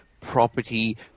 property